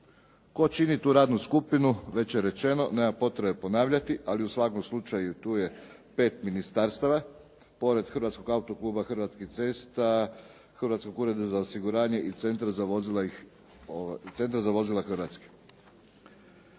Tko čini tu radnu skupinu već je rečeno, nema potrebe ponavljati, ali u svakom slučaju tu je pet ministarstava. Pored Hrvatskog autokluba, Hrvatskih cesta, Hrvatskog ureda za osiguranje i Centar za vozila Hrvatske.